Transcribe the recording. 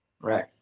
right